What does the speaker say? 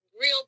real